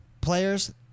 players